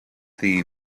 theme